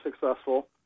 successful